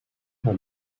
her